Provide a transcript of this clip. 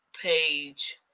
page